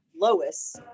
Lois